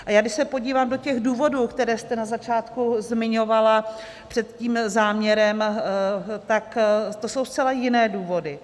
A já když se podívám do těch důvodů, které jste na začátku zmiňovala před tím záměrem, tak to jsou zcela jiné důvody.